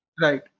Right